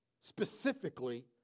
specifically